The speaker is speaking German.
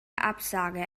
absage